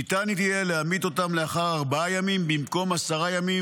ניתן יהיה להמית אותם לאחר ארבעה ימים במקום עשרה ימים,